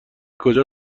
کجا